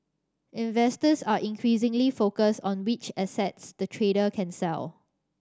investors are increasingly focused on which assets the trader can sell